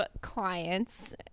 clients